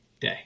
day